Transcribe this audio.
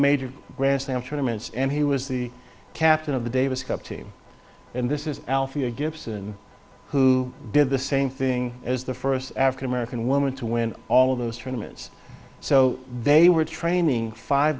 slam tournaments and he was the captain of the davis cup team and this is althea gibson who did the same thing as the first african american woman to win all of those tournaments so they were training five